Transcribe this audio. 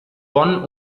bonn